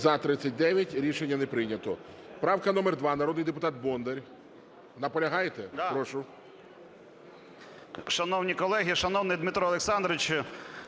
За-39 Рішення не прийнято. Правка номер 2, народний депутат Бондар. Наполягаєте? Прошу.